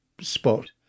spot